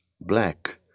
black